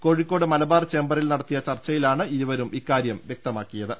കോഴിക്കോട് മലബാർ ചേംബറിൽ ന്ടത്തിയ ചർച്ചയിലാണ് ഇരുവരും ഇക്കാര്യം വ്യക്തമാക്കിയത്